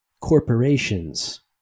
corporations